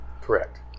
correct